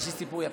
יש לי סיפור יפה.